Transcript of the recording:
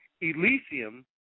Elysium